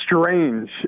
strange